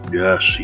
yes